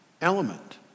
element